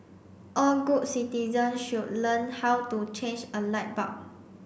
all good citizens should learn how to change a light bulb